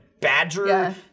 badger